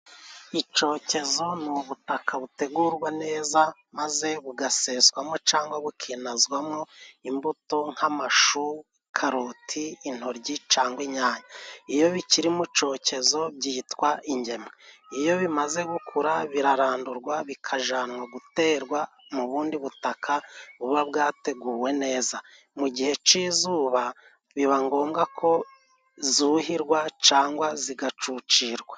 Icokezo ni ubutaka butegurwa neza maze bugaseswamo cangwa bukinazwamo imbuto nk'amashu, karoti, intoryi cangwa inyanya. Iyo bikiri mu cokezo byitwa ingemwe, iyo bimaze gukura, birarandurwa bikajanwa guterwa mu bundi butaka buba bwateguwe neza. Mu gihe c'izuba biba ngombwa ko zuhirwa cangwa zigacucirwa.